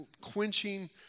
quenching